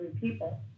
people